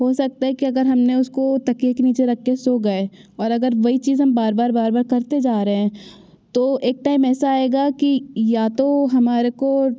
हो सकता है कि अगर हमने उसको तकिये के नीचे रख के सो गए और अगर वही चीज हम बार बार बार बार करते जा रहे हैं तो एक टाइम ऐसा आएगा कि या तो हमारे को